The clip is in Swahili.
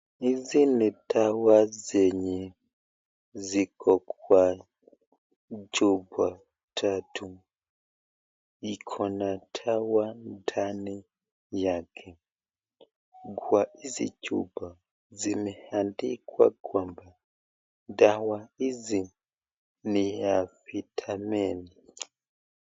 Hizi ni dawa zenye ziko kwa chupa tatu ikona dawa ndani yake, kwa hizi chupa zimeandikwa kwamba dawa hizi ni ya vitameni